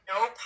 no